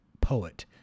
poet